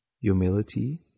humility